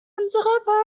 unsere